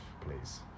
please